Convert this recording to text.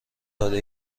داده